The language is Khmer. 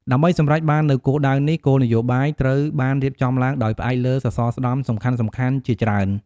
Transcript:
ដើម្បីសម្រេចបាននូវគោលដៅនេះ គោលនយោបាយត្រូវបានរៀបចំឡើងដោយផ្អែកលើសសរស្តម្ភសំខាន់ៗជាច្រើន។